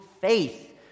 faith